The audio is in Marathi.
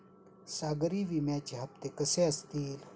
सागरी विम्याचे हप्ते कसे असतील?